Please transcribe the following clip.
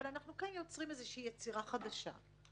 אבל אנחנו כן יוצרים איזושהי יצירה חדשה.